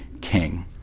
king